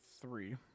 three